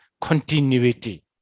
continuity